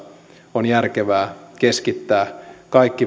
on järkevää keskittää kaikki